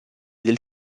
del